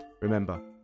Remember